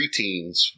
preteens